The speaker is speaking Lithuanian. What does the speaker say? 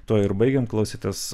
tuo ir baigiam klausėtės